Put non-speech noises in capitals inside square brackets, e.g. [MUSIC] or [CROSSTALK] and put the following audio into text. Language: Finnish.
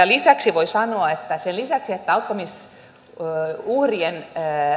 [UNINTELLIGIBLE] lisäksi voi sanoa että sen lisäksi että autettavien uhrien